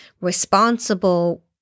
responsible